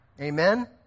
Amen